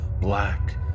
black